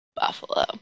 buffalo